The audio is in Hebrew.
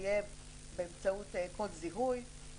זה יהיה באמצעות קוד זיהוי: